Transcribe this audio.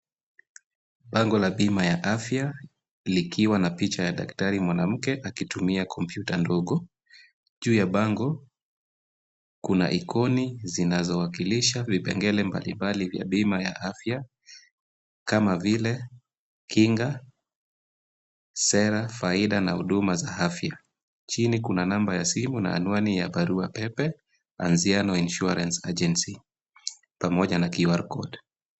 Bango la bima ya afya likiwa na picha la daktari mwanamke akitumia kompyuta ndogo. Juu ya bango kuna ikoni vinavyowakilisha vipengele mbalimbali vya bima ya afya, kama vile kinga, sera, faida, na huduma za afya. Chini kuna anwani ya barua pepe na Nziano Insurance Agency, pamoja na kiwakodi].